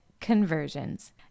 conversions